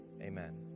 Amen